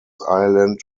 island